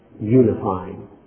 unifying